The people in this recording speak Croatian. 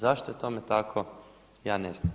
Zašto je tome tako ja ne znam.